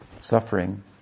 Suffering